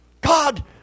God